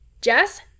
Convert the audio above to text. Jess